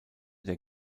der